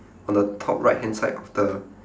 on the top right hand side of the